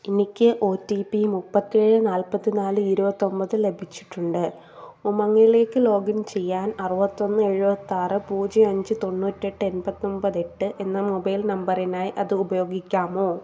എനിക്ക് O T P മുപ്പത്തേഴ് നാൽപ്പത്തി നാല് ഇരുപത്തൊമ്പത് ലഭിച്ചിട്ടുണ്ട് ഉമംഗിലേക്ക് ലോഗിൻ ചെയ്യാൻ അറുപത്തൊന്ന് എഴുപത്താറ് പൂജ്യം അഞ്ച് തൊണ്ണൂറ്റെട്ട് എൺപത്തൊമ്പത് എട്ട് എന്ന മൊബൈൽ നമ്പറിനായി അത് ഉപയോഗിക്കാമോ